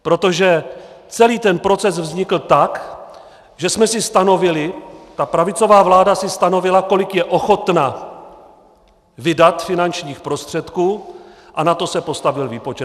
Protože celý ten proces vznikl tak, že jsme si stanovili, ta pravicová vláda si stanovila, kolik je ochotna vydat finančních prostředků, a na to se postavil výpočet.